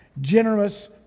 generous